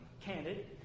candid